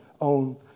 own